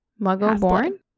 muggle-born